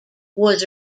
was